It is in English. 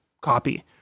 copy